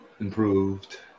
improved